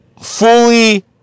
fully